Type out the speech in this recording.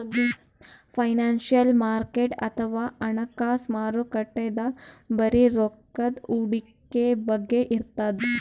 financial market ಅಥವಾ ಹಣಕಾಸ್ ಮಾರುಕಟ್ಟೆದಾಗ್ ಬರೀ ರೊಕ್ಕದ್ ಹೂಡಿಕೆ ಬಗ್ಗೆ ಇರ್ತದ್